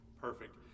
Perfect